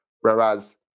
Whereas